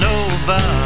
over